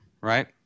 right